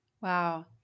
Wow